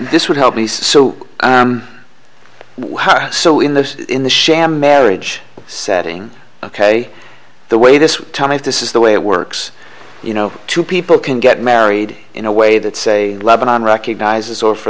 this would help me so why so in the in the sham marriage setting ok the way this time if this is the way it works you know two people can get married in a way that say lebanon recognizes or for